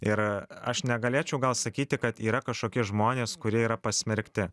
ir aš negalėčiau gal sakyti kad yra kažkoki žmonės kurie yra pasmerkti